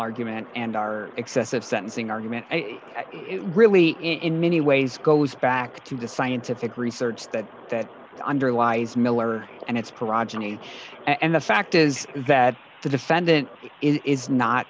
argument and our excessive sentencing argument it really in many ways goes back to cuba scientific research that that underlies miller and its progeny and the fact is that the defendant is not